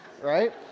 Right